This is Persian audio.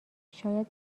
شاید